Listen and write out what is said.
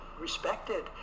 respected